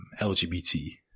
LGBT